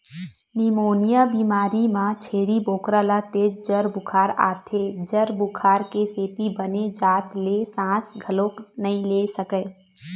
pneumonia बेमारी म छेरी बोकरा ल तेज जर बुखार आथे, जर बुखार के सेती बने जात ले सांस घलोक नइ ले सकय